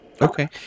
okay